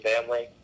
family